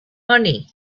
money